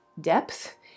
depth